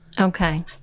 okay